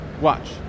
Watch